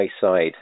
side